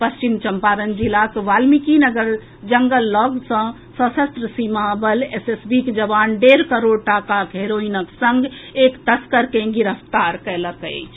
पश्चिम चंपाारण जिलाक वाल्मीकिनगर जंगल लऽग सॅ सशस्त्र सीमा बल एसएसबी के जवान डेढ़ करोड़ टाकाक हेरोइनक संग एक तस्कर के गिरफ्तार कएलक अछि